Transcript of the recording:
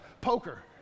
poker